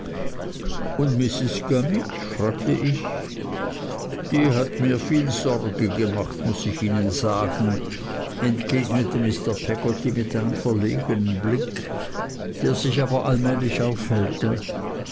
und mrs gummidge fragte ich die hat mir viel sorge gemacht muß ich ihnen sagen entgegnete mr peggotty mit einem verlegnen blick der sich aber allmählich aufhellte